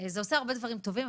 זה עושה הרבה דברים טובים.